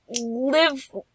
live